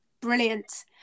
Brilliant